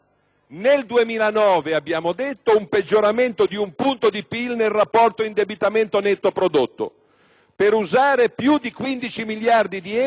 per usare più di 15 miliardi di euro in misure di contrasto al ciclo negativo e subito, contemporaneamente,